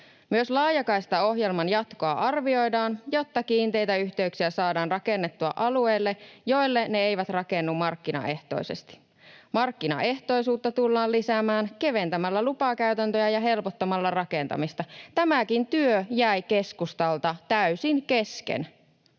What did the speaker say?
Myös laajakaistaohjelman jatkoa arvioidaan, jotta kiinteitä yhteyksiä saadaan rakennettua alueille, joille ne eivät rakennu markkinaehtoisesti. Markkinaehtoisuutta tullaan lisäämään keventämällä lupakäytäntöjä ja helpottamalla rakentamista. Tämäkin työ jäi keskustalta täysin kesken,